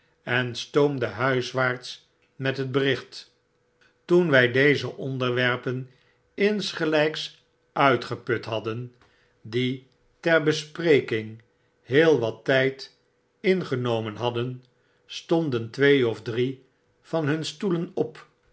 en stoomde huiswaarts met het bericht toen wy deze onderwerpen insgelps uitgeput hadden die ter bespreking heel wat tjjd ingenomen hadden stonden twee of drie van hun stoelen op